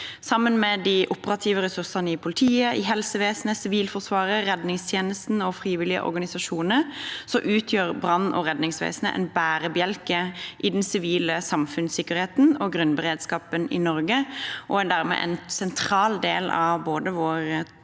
Sammen med de operative ressursene i politiet, helsevesenet, Sivilforsvaret, redningstjenesten og frivillige organisasjoner utgjør brannog redningsvesenet en bærebjelke i den sivile samfunnssikkerheten og grunnberedskapen i Norge, og er dermed en sentral del av både vår